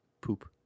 Poop